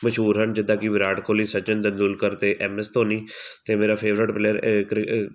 ਮਸ਼ਹੂਰ ਹਨ ਜਿੱਦਾਂ ਕਿ ਵਿਰਾਟ ਕੋਹਲੀ ਸਚਿਨ ਤੇਂਦੁਲਕਰ ਅਤੇ ਐੱਮ ਐੱਸ ਧੋਨੀ ਅਤੇ ਮੇਰਾ ਫੇਵਰਟ ਪਲੇਅਰ ਕ੍ਰਿ